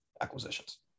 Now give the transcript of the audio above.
acquisitions